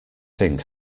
thing